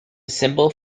symbols